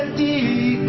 the